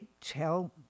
tell